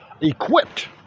equipped